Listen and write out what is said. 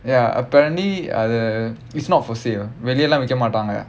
ya apparently uh it's not for sale வெளியலாம் விக்க மாட்டாங்க:veliyalaam vikka maattaanga